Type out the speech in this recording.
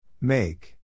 Make